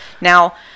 Now